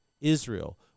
Israel